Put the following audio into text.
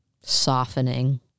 softening